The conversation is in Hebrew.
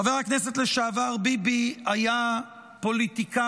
חבר הכנסת לשעבר ביבי היה פוליטיקאי